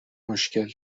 مشکل